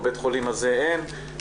בבית החולים הזה אין',